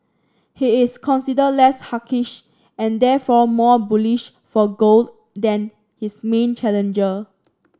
he is considered less hawkish and therefore more bullish for gold than his main challenger